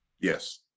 yes